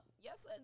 Yes